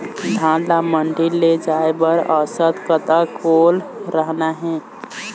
धान ला मंडी ले जाय बर औसत कतक ओल रहना हे?